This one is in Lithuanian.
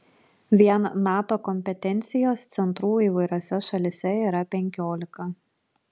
vien nato kompetencijos centrų įvairiose šalyse yra penkiolika